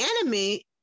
enemy